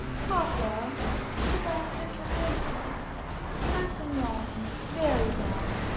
papa it's about the dragon and i've been wrong. very wrong.